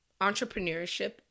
entrepreneurship